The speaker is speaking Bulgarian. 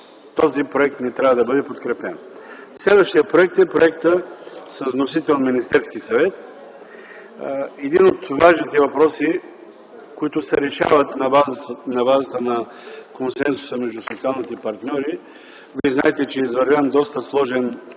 този проект не трябва да бъде подкрепен. Следващият проект е този с вносител Министерският съвет. Един от важните въпроси, които се решават на базата на консенсуса между социалните партньори. Вие знаете, че е извървян доста сложен